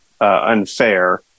unfair